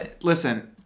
listen